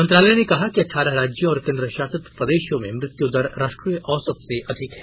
मंत्रालय ने कहा कि अठारह राज्यों और केंद्रशासित प्रदेशों में मृत्यु दर राष्ट्रीय औसत से अधिक है